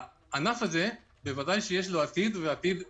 הענף הזה, בוודאי שיש לו עתיד ועתיד נפלא,